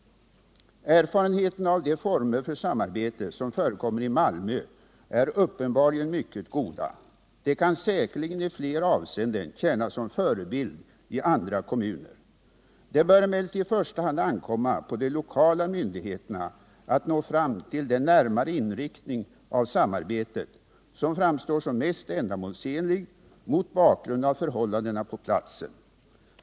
Erfarenheterna av de former för samarbete som förekommer i Malmö är uppenbarligen mycket goda. De kan säkerligen i flera avseenden tjäna som förebild i andra kommuner. Det bör emellertid i första hand ankomma på de lokala myndigheterna att nå fram till den närmare inriktning av samarbetet som framstår som mest ändamålsenlig mot bakgrund av förhållandena på platsen.